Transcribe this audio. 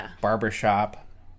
barbershop